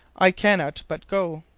i cannot but go.